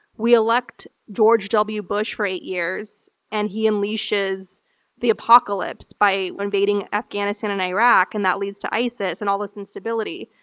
we elect george w. bush for eight years, and he unleashes the apocalypse by invading afghanistan and iraq, and that leads to isis and all this instability.